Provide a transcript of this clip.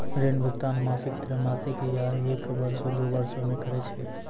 ऋण भुगतान मासिक, त्रैमासिक, या एक बरसो, दु बरसो मे करै छै